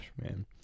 man